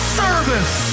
service